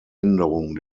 änderung